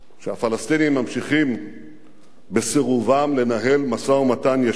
שהפלסטינים ממשיכים בסירובם לנהל משא-ומתן ישיר אתנו.